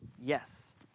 Yes